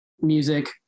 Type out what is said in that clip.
music